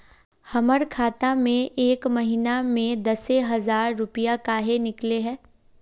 हमर खाता में एक महीना में दसे हजार रुपया काहे निकले है?